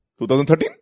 2013